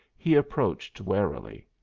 he approached warily.